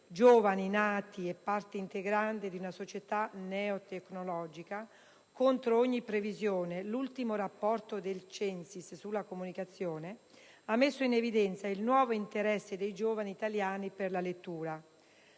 giovani nati e parte integrante di una società neo-tecnologica - contro ogni previsione, l'ultimo rapporto del CENSIS sulla comunicazione ha messo in evidenza il nuovo interesse dei giovani italiani per la lettura.